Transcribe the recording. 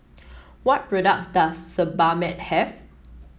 what products does Sebamed have